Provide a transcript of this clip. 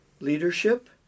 leadership